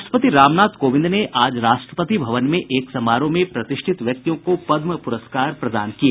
राष्ट्रपति रामनाथ कोविंद ने आज राष्ट्रपति भवन में एक समारोह में प्रतिष्ठित व्यक्तियों को पदम् पुरस्कार प्रदान किए